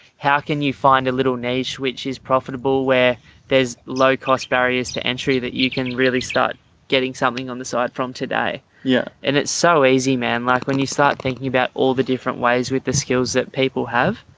how can you find a little niche which is profitable, where there's low cost barriers to entry that you can really start getting something on the side from today yeah and it's so easy, man. like when you start thinking about all the different ways with the skills that people have,